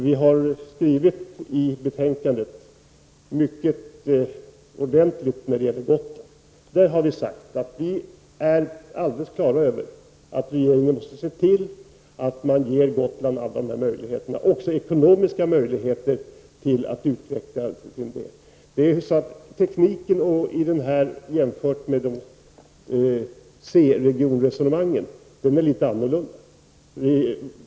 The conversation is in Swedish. Vi har i betänkandet skrivit mycket ordentligt att vi är helt klara över att regeringen måste se till att ge Gotland alla möjligheter, också ekonomiska möjligheter att utvecklas. Tekniken är annorlunda i det här området jämfört med i C-regionerna.